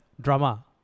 drama